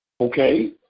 Okay